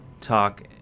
talk